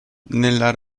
nella